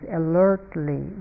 alertly